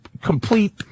complete